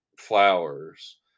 flowers